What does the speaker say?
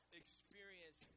experience